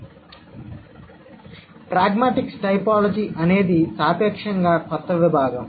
కాబట్టి pragmatics typology అనేది సాపేక్షంగా కొత్త విభాగం